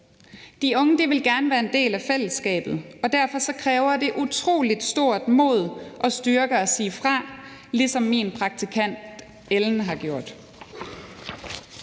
De unge vil gerne være en del af fællesskabet, og derfor kræver det utrolig stort mod og styrke at sige fra, ligesom min praktikant Ellen har gjort.